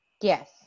Yes